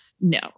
no